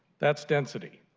that is density.